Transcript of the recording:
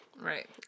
Right